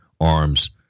arms